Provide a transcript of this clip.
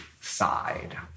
side